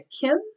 Kim